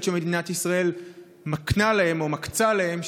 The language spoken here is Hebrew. שמדינת ישראל מקנה להם או מקצה להם,